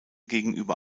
gegenüber